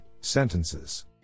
sentences